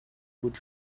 good